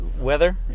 weather